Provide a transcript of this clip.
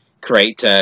create